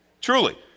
truly